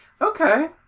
Okay